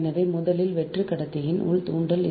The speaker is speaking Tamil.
எனவே முதலில் ஒரு வெற்று கடத்தியின் உள் தூண்டல்